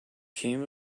came